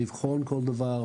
לבחון כל דבר,